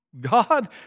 God